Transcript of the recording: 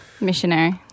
Missionary